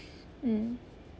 mm